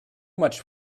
much